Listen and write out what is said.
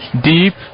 deep